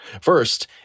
First